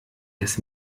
des